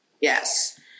Yes